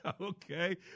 Okay